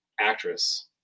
actress